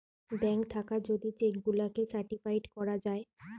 bank থাকে যদি cheque গুলাকে সার্টিফাইড করা যায়